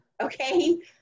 okay